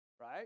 right